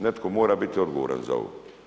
Netko mora biti odgovoran za ovo.